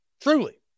Truly